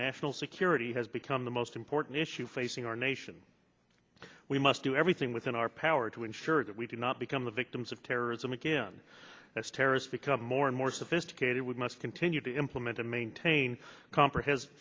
national security has become the most important issue facing our nation we must do everything within our power to ensure that we do not become the victims of terrorism again as terrorists become more and more sophisticated must continue to implement and maintain c